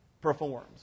performs